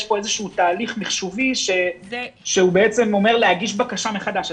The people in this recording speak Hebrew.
פה איזה תהליך מחשובי שאומר להגיש בקה מחדש.